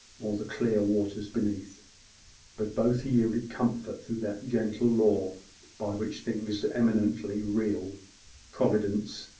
or the clear waters beneath but both yielded comfort through that gentle law by which things eminently real providence,